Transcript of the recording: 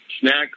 Snacks